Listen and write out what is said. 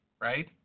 right